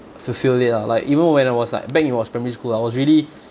fulfill it lah like even when I was like back in was primary school I was really